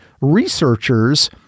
researchers